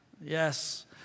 Yes